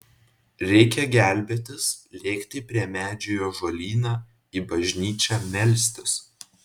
reikia gelbėtis lėkti prie medžių į ąžuolyną į bažnyčią melstis